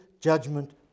judgment